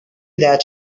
that